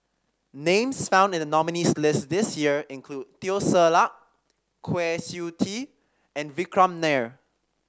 names found in the nominees' list this year include Teo Ser Luck Kwa Siew Tee and Vikram Nair